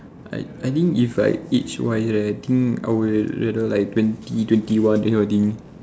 I I think like age wise right I think I would rather like twenty twenty one that kind of thing